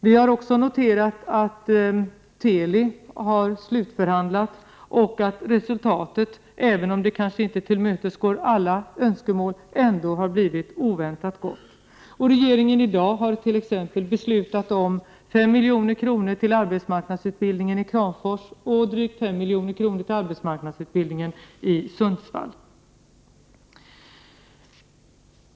Vi har också noterat att Teli har slutförhandlat och att resultatet även om det kanske inte tillmötesgår alla önskemål ändå har blivit oväntat gott. Regeringen har i dag beslutat om 5 milj.kr. till arbetsmarknadsutbildningen i Kramfors och drygt 5 milj.kr. till arbetsmarknadsutbildningen i Sundsvall.